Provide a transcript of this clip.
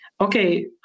Okay